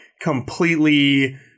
completely